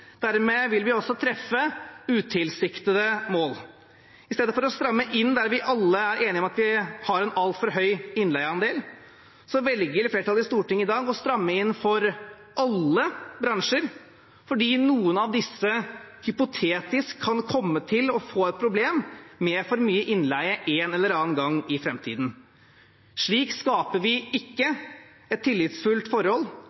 Dermed vil vi også treffe utilsiktede mål. I stedet for å stramme inn der vi alle er enige om at vi har en altfor høy innleieandel, velger flertallet i Stortinget i dag å stramme inn for alle bransjer, fordi noen av disse hypotetisk kan komme til å få et problem med for mye innleie en eller annen gang i framtiden. Slik skaper vi ikke et tillitsfullt forhold